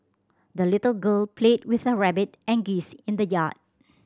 the little girl played with her rabbit and geese in the yard